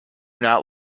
not